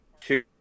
two